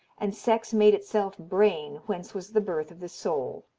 and sex made itself brain whence was the birth of the soul.